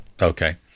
Okay